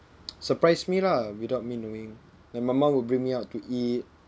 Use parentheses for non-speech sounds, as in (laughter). (noise) surprise me lah without me knowing like my mum would bring me out to eat